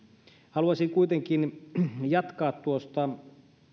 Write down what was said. haluaisin kuitenkin jatkaa tuosta